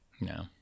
No